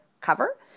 cover